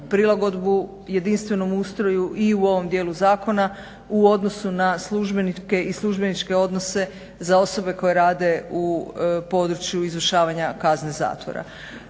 prilagodbu jedinstvenom ustroju i u ovom dijelu zakona u odnosu na službenike i službeničke odnose za osobe koje rade u području izvršavanja kazne zatvora.